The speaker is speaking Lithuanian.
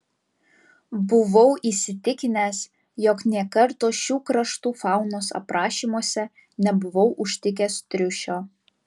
buvau įsitikinęs jog nė karto šių kraštų faunos aprašymuose nebuvau užtikęs triušio